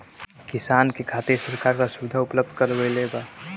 किसान के खातिर सरकार का सुविधा उपलब्ध करवले बा?